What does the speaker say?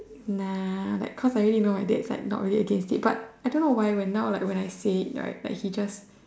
nah like cause I already know my dad is not really against it but I don't why when now like when I say it right he just